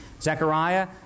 Zechariah